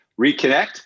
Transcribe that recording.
reconnect